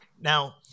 Now